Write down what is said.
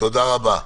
תודה רבה.